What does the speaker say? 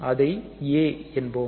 அதை A என்போம்